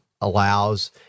allows